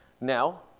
Now